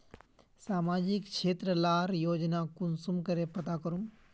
सामाजिक क्षेत्र लार योजना कुंसम करे पता करूम?